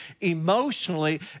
emotionally